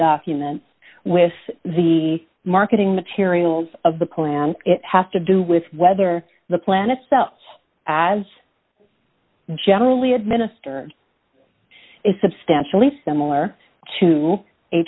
documents with the marketing materials of the plan it has to do with whether the plan itself as generally administered is substantially similar to a